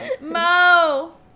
Mo